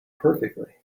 perfectly